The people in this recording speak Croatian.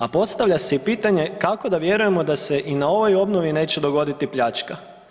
A postavlja se i pitanje kako da vjerujemo da se i na ovoj obnovi neće dogoditi pljačka?